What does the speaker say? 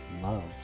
love